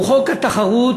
הוא חוק התחרות